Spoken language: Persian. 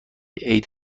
عید